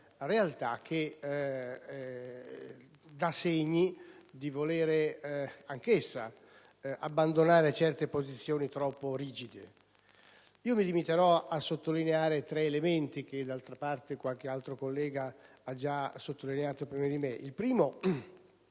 realtà che dà segni di voler anch'essa abbandonare certe posizioni troppo rigide. Mi limiterò a sottolineare tre elementi che, d'altra parte, qualche altro collega ha già sottolineato prima di me. Il primo -